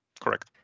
correct